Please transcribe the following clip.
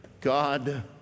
God